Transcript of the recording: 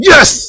Yes